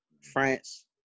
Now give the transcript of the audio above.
France